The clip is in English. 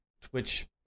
Twitch